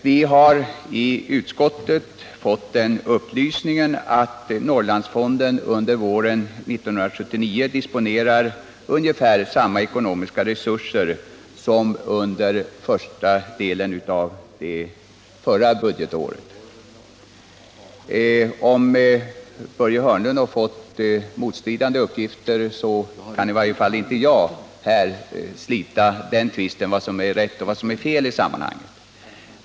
Vi har i utskottet fått den upplysningen att Norrlandsfonden under våren 1979 disponerar ungefär samma ekonomiska resurser som under första delen av förra budgetåret. Om Börje Hörnlund har fått motstridande uppgifter, kan i varje fall inte jag slita tvisten och säga vad som är rätt och vad som är fel i sammanhanget.